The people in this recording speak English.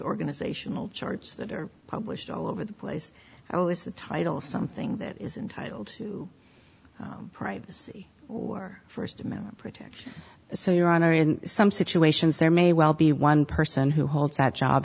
organizational charts that are published all over the place oh is the title something that is entitle to privacy or first amendment protection so your honor in some situations there may well be one person who holds that job